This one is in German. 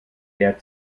der